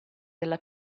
della